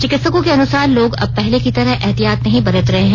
चिकित्सकों के अनुसार लोग अब पहले की तरह एहतियात नहीं बरत रहे हैं